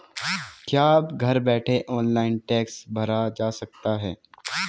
क्या घर बैठे ऑनलाइन टैक्स भरा जा सकता है?